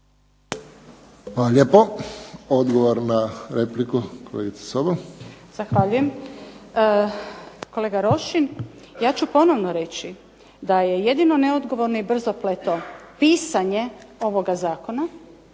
Hvala lijepo. Odgovor na repliku, kolegica Sobol. **Sobol, Gordana (SDP)** Zahvaljujem. Kolega Rošin, ja ću ponovno reći da je jedino neodgovorno i brzopleto pisanje ovoga zakona,